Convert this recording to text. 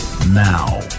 now